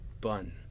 bun